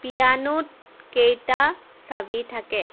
পিয়ানোত কেইটা চাবি থাকে